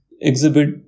exhibit